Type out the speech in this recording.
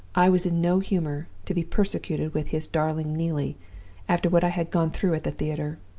i was in no humor to be persecuted with his darling neelie after what i had gone through at the theater.